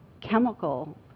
chemical